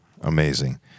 amazing